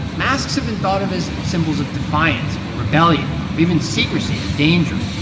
masks have been thought of as symbols of defiance or rebellion or even secrecy or danger.